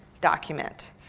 document